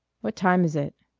what time is it?